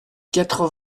quatre